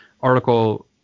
article